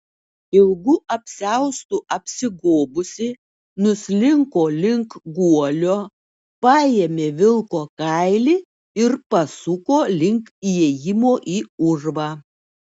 ilgu apsiaustu apsigobusi nuslinko link guolio paėmė vilko kailį ir pasuko link įėjimo į urvą